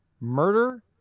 Murder